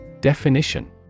Definition